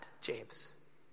James